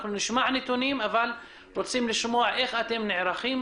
נשמע נתונים אבל רוצים לשמוע איך אתם נערכים